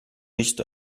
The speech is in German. nicht